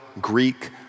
Greek